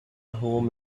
home